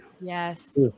Yes